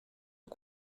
aux